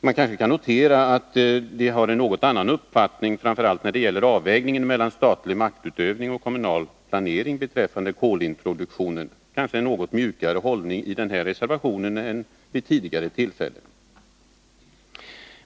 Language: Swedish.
Det kan noteras att socialdemokraterna då hade en något annan uppfattning, framför allt när det gäller avvägningen mellan statlig maktutövning och kommunal planering beträffande kolintroduktionen. Hållningen är något mjukare i reservationen än vid tidigare tillfällen.